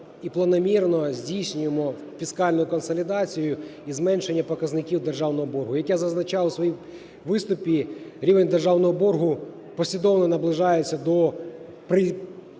і планомірно здійснюємо фіскальну консолідацію і зменшення показників державного боргу. Як я зазначав у своєму виступі, рівень державного боргу послідовно наближається до